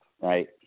Right